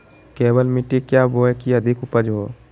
केबाल मिट्टी क्या बोए की अधिक उपज हो?